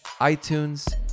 iTunes